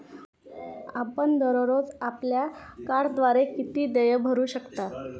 आपण दररोज आपल्या कार्डद्वारे किती देय भरू शकता?